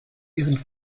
ihren